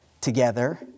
together